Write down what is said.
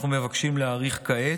אנחנו מבקשים להאריך כעת,